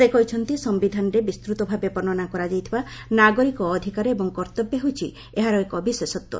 ସେ କହିଛନ୍ତି ସିୟିଧାନରେ ବିସ୍ତୃତଭାବେ ବର୍ଷ୍ଣନା କରାଯାଇଥିବା ନାଗରିକ ଅଧିକାର ଏବଂ କର୍ତ୍ତବ୍ୟ ହେଉଛି ଏହାର ଏକ ବିଶେଷତ୍ୱ